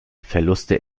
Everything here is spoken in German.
verluste